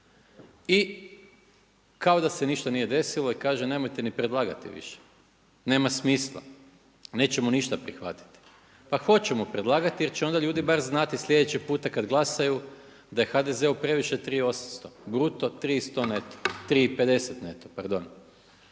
I kao da se ništa nije desilo i kaže nemojte ni predlagati više, nema smisla, nećemo ništa prihvatiti. Pa hoćemo predlagati, jer će onda ljudi bar znati sljedeći puta kad glasaju da je HDZ-u previše 3800 bruto, 3050 neto,